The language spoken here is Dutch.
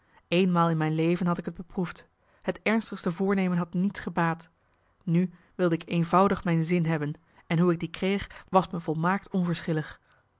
eenmaal in mijn leven had ik t beproefd het ernstigste voornemen had niets gebaat nu wilde ik eenvoudig mijn zin hebben en hoe ik die kreeg was me volmaakt